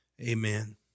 Amen